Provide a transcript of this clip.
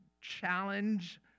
challenge